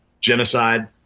Genocide